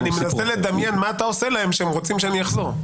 אני מנסה לדמיין מה אתה עושה להם שהם רוצים שאני אחזור.